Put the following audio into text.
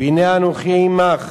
"והנה אנכי עמך